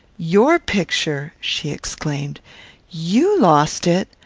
your picture! she exclaimed you lost it!